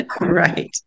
Right